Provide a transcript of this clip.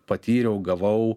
patyriau gavau